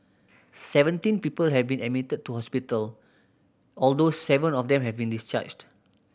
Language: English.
seventeen people have been admitted to hospital although seven of them have been discharged